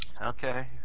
Okay